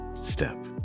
step